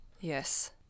Yes